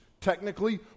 technically